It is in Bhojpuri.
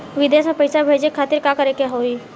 विदेश मे पैसा भेजे खातिर का करे के होयी?